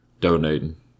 donating